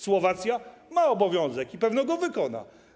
Słowacja ma taki obowiązek i pewno go wykona,